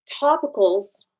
topicals